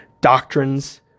doctrines